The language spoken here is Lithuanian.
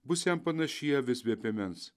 bus jam panaši į avis be piemens